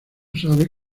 sabe